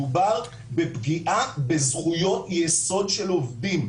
מדובר בפגיעה בזכויות יסוד של עובדים,